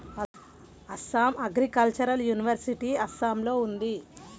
Assam agricultural university అస్సాంలో ఉంది